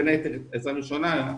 בין היתר עזרה ראשונה,